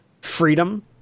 freedom